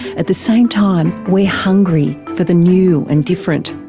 at the same time, we're hungry for the new and different.